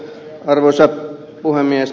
arvoisa puhemies